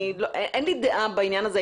אין לי דעה בעניין הזה,